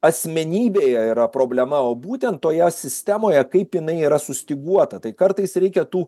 asmenybėje yra problema o būtent toje sistemoje kaip jinai yra sustyguota tai kartais reikia tų